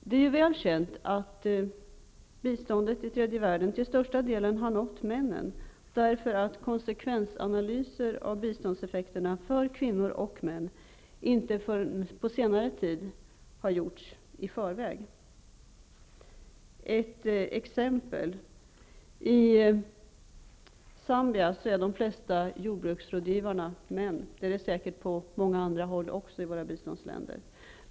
Det är väl känt att biståndet till tredje världen till största delen har nått männen, eftersom konsekvensanalyser av biståndseffekterna för kvinnor och män inte förrän på senare tid har gjorts i förväg. Ett exempel: I Zambia är de flesta jordbruksrådgivare män. Så är det säkert också på många andra håll i våra biståndsländer.